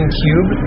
cube